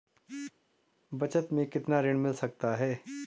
बचत मैं कितना ऋण मिल सकता है?